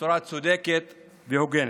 בצורה צודקת והוגנת.